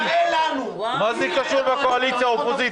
זה קשור לקואליציה או אופוזיציה?